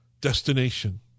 destination